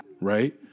right